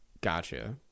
gotcha